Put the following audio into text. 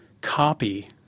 copy